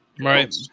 Right